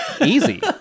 easy